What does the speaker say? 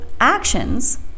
actions